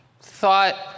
thought